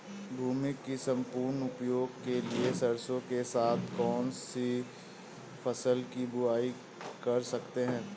भूमि के सम्पूर्ण उपयोग के लिए सरसो के साथ कौन सी फसल की बुआई कर सकते हैं?